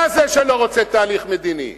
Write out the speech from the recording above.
אתה זה שלא רוצה תהליך מדיני.